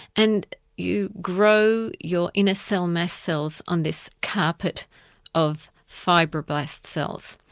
and you grow your inner cell mass cells on this carpet of fibroblast cells.